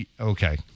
Okay